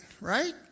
right